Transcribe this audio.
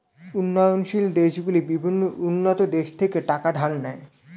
উন্নয়নশীল দেশগুলি বিভিন্ন উন্নত দেশ থেকে টাকা ধার নেয়